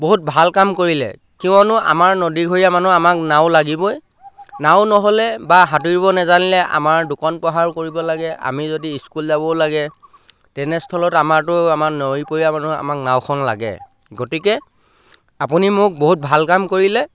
বহুত ভাল কাম কৰিলে কিয়নো আমাৰ নদীপৰীয়া মানুহ আমাক নাও লাগিবই নাও নহ'লে বা সাঁতুৰিব নাজানিলে আমাৰ দোকান পোহাৰ কৰিব লাগে আমি যদি স্কুল যাবও লাগে তেনেস্থলত আমাৰতো আমাৰ নৈপৰীয়া মানুহ আমাক নাওখন লাগে গতিকে আপুনি মোক বহুত ভাল কাম কৰিলে